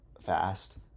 fast